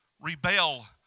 rebel